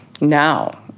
now